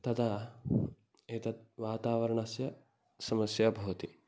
तदा एतत् वातावरणस्य समस्या भवति